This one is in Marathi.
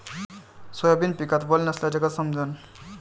सोयाबीन पिकात वल नसल्याचं कस समजन?